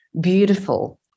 beautiful